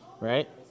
right